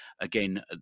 again